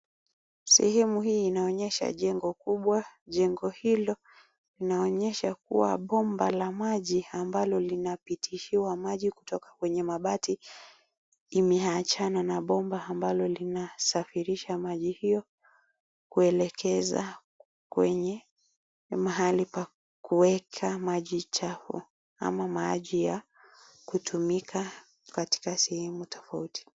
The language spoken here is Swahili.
Sehemu hii inaonyesha jengo kubwa jengo hilo linaonyesha kuwa bomba la maji ambalo linapitishiwa maji kutoka kwenye mabati imeachana na bomba ambalo linasafirisha maji hiyo kuelekeza kwenye mahali pa kuweka maji chafu ama maji ya kutumika katika sehemu tofauti.